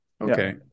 okay